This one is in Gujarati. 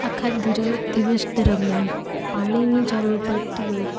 આખા દિવસ દરમિયાન પાણીની જરૂર પડતી હોય